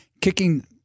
kicking